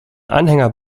anhänger